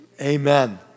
Amen